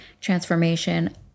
transformation